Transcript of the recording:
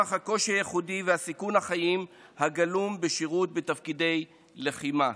נוכח הקושי הייחודי וסיכון החיים הגלום בשירות בתפקידי לחימה,